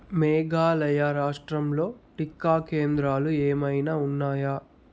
మేఘాలయా రాష్ట్రంలో టీకా కేంద్రాలు ఏమైనా ఉన్నాయా